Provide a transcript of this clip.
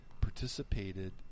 participated